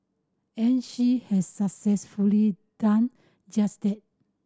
and she has successfully done just that